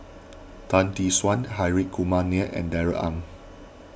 Tan Tee Suan Hri Kumar Nair and Darrell Ang